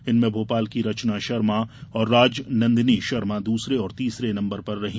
इनमें भोपाल की रचना शर्मा और राजनन्दिनी शर्मा दूसरे और तीसरे नंबर पर रहीं